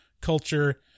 culture